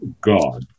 God